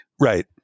Right